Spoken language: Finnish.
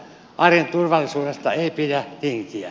arjen turvallisuudesta ei pidä tinkiä